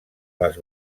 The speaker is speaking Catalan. les